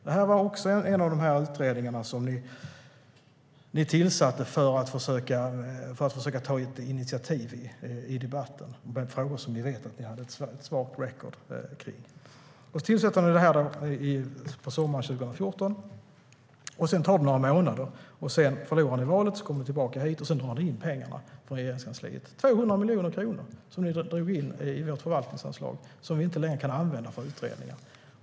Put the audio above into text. Det här var en av de utredningar som ni tillsatte för att försöka ta initiativ i debatten gällande frågor som ni visste att ni hade ett svagt record i. Efter att ni tillsatt utredningen sommaren 2014 går det några månader, och så förlorar ni valet. Sedan kommer ni tillbaka hit och drar in pengarna från Regeringskansliet. I vårt förvaltningsanslag drar ni in 200 miljoner kronor som vi inte längre kan använda för utredningar.